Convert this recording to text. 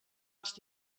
als